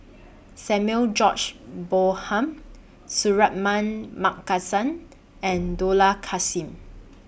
Samuel George Bonham Suratman Markasan and Dollah Kassim